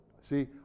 See